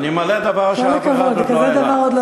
בסדר, אז אני